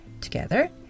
together